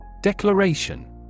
Declaration